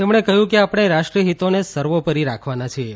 તેમણે કહ્યું કે આપણે રાષ્ટ્રીય હીતોને સર્વોપરી રાખવાના છીચે